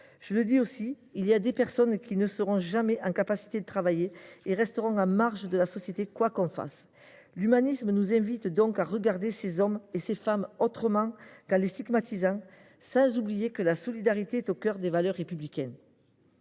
leur sort. Certaines personnes ne seront jamais aptes à travailler et resteront en marge de la société, quoi qu’on fasse. L’humanisme nous invite donc à regarder ces hommes et ces femmes autrement qu’en les stigmatisant, sans oublier que la solidarité est au cœur des valeurs républicaines.